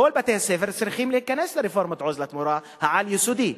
כל בתי-הספר צריכים להיכנס לרפורמת "עוז לתמורה" העל-יסודי,